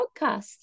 podcast